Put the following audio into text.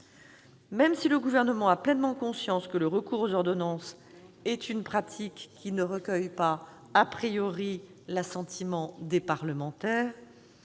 Même si le Gouvernement a pleinement conscience que le recours aux ordonnances est une pratique qui ne recueille pas,, l'assentiment des parlementaires,